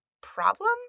problem